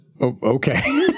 Okay